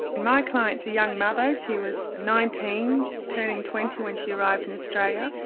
and my client's a young mother, she was nineteen turning twenty when she arrived in australia.